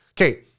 okay